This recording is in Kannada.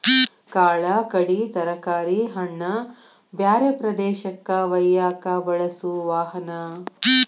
ಕಾಳ ಕಡಿ ತರಕಾರಿ ಹಣ್ಣ ಬ್ಯಾರೆ ಪ್ರದೇಶಕ್ಕ ವಯ್ಯಾಕ ಬಳಸು ವಾಹನಾ